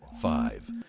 Five